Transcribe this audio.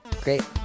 Great